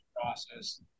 process